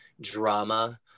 drama